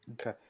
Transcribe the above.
Okay